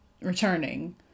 returning